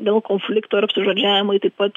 dėl konflikto ir apsižodžiavimai taip pat